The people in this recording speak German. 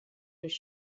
durch